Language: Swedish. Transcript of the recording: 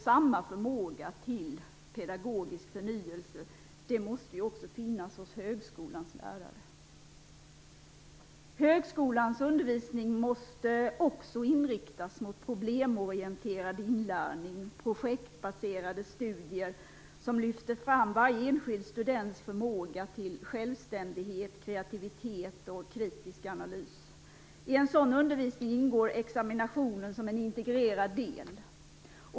Samma förmåga till pedagogisk förnyelse måste finnas hos högskolans lärare. Högskolans undervisning måste också inriktas mot problemorienterad inlärning och projektbaserade studier, som lyfter fram varje enskild students förmåga till självständighet, kreativitet och kritisk analys. I en sådan undervisning ingår examinationen som en integrerad del.